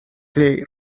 clair